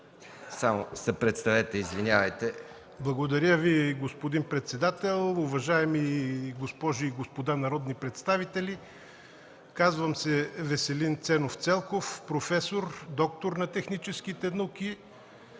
да се представите. ВЕСЕЛИН ЦЕЛКОВ: Благодаря Ви, господин председател. Уважаеми госпожи и господа народни представители! Казвам се Веселин Ценов Целков, професор, доктор на техническите науки,